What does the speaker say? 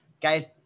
guys